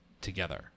together